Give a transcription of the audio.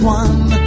one